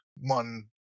one